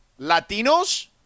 Latinos